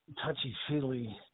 touchy-feely